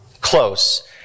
close